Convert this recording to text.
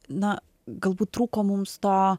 na galbūt trūko mums to